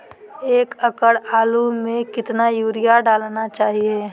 एक एकड़ आलु में कितना युरिया डालना चाहिए?